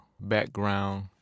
Background